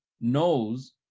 knows